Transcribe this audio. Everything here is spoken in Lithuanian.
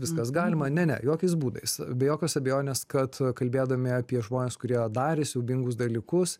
viskas galima ne ne jokiais būdais be jokios abejonės kad kalbėdami apie žmones kurie darė siaubingus dalykus